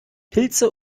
pilze